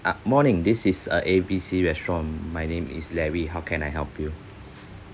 ah morning this is uh A B C restaurant my name is larry how can I help you